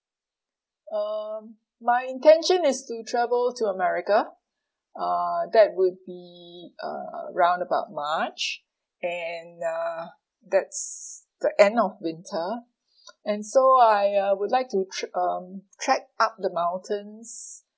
um my intention is to travel to america uh that would be around about march and uh that's the end of winter and so I uh would like to trip um trek up the mountains